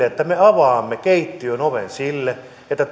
että me avaamme keittiön oven sille että